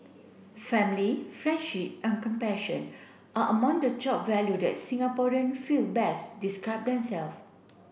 family friendship and compassion are among the top value that Singaporean feel best describe